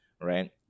right